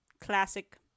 classic